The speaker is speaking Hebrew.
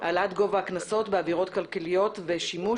העלאת גובה הקנסות בעבירות כלכליות ושימוש